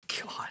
God